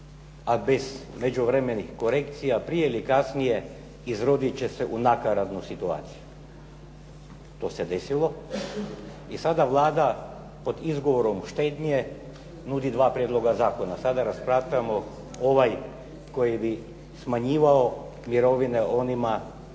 a bez međuvremenih korekcija prije ili kasnije izroditi će se u nakaradnu situaciju. To se desilo. I sada Vlada pod izgovorom štednje nudi 2 prijedloga zakona. Sada razmatramo ovaj koji bi smanjivao mirovine onima